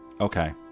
Okay